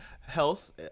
health